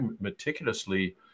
meticulously